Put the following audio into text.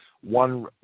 one